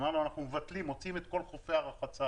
אמרנו שאנחנו מוציאים את כל חופי הרחצה